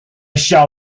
shall